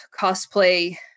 cosplay